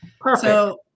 Perfect